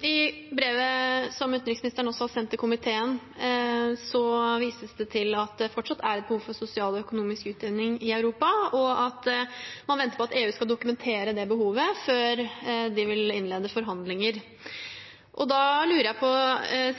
I brevet som utenriksministeren også har sendt til komiteen, vises det til at det fortsatt er et behov for sosial og økonomisk utjevning i Europa, og at man venter på at EU skal dokumentere det behovet før man vil innlede forhandlinger. Da lurer jeg på,